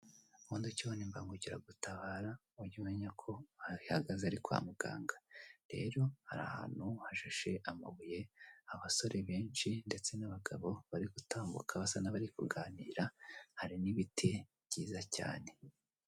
Ubundi ukibona imbangukiragutabara, ujye umenya ko aho ihagaze ari kwa muganga. Rero hari ahantu hashashe amabuye, abasore benshi ndetse n'abagabo bari gutambuka basa n'abari kuganira, hari n'ibiti byiza cyane.